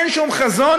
אין שום חזון,